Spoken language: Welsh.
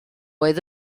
oedd